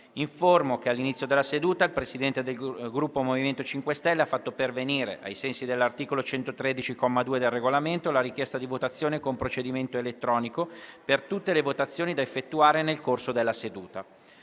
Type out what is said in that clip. che all'inizio della seduta il Presidente del Gruppo MoVimento 5 Stelle ha fatto pervenire, ai sensi dell'articolo 113, comma 2, del Regolamento, la richiesta di votazione con procedimento elettronico per tutte le votazioni da effettuare nel corso della seduta.